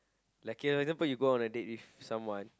like you know for example you go on a date with someone